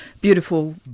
beautiful